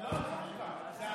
לא, זה לא חוקה.